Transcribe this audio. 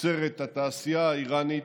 תוצרת התעשייה האיראנית,